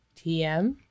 TM